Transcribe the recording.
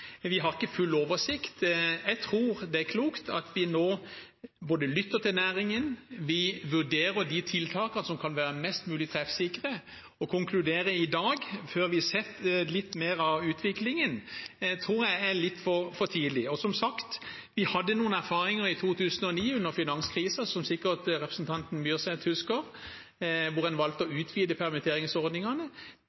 Vi har ikke full oversikt. Jeg tror det er klokt at vi nå både lytter til næringen og vurderer de tiltakene som kan være mest mulig treffsikre. Å konkludere i dag, før vi har sett litt mer av utviklingen, tror jeg er litt for tidlig. Som sagt hadde vi noen erfaringer under finanskrisen i 2009, som representanten Myrseth sikkert husker, hvor en valgte å